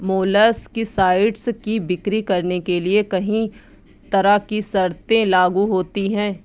molluscicides की बिक्री करने के लिए कहीं तरह की शर्तें लागू होती है